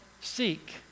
seek